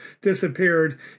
disappeared